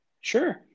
Sure